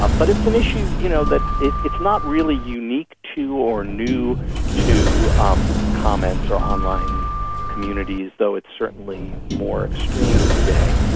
um but it's an issue you know that, it is not really unique to or new to um comments or online communities, though it's certainly more extreme today.